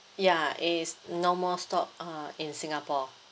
ya it's no more stock uh in singapore